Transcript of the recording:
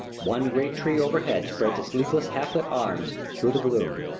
one great tree overhead spreads its leafless half-lit arms through the gloom.